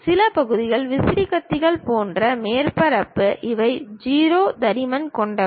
சில பகுதிகள் விசிறி கத்திகள் போன்ற மேற்பரப்பு இவை 0 தடிமன் கொண்டவை